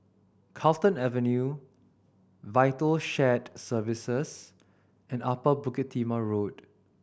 Carlton Avenue Vital Shared Services and Upper Bukit Timah Road